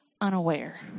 unaware